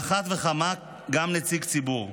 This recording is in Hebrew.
על אחת וכמה נציג ציבור,